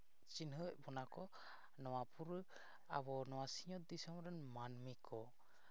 ᱪᱤᱱᱦᱟᱹᱣᱮᱫ ᱵᱚᱱᱟ ᱠᱚ ᱱᱚᱣᱟ ᱯᱩᱨᱟᱹ ᱟᱵᱚ ᱱᱚᱣᱟ ᱥᱤᱧᱚᱛ ᱫᱤᱥᱚᱢ ᱨᱮᱱ ᱢᱟᱹᱱᱢᱤ ᱠᱚ